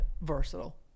versatile